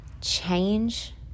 change